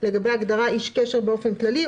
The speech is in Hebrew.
לגבי ההגדרה "איש קשר" באופן כללי.